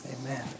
Amen